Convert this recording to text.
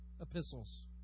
epistles